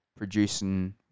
producing